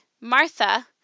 Martha